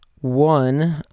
one